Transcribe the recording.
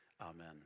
Amen